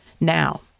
Now